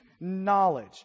knowledge